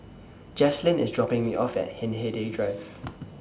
Jaslyn IS dropping Me off At Hindhede Drive